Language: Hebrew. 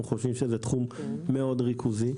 אנחנו חושבים שזה תחום מאוד ריכוזי.